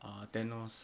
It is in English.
uh thanos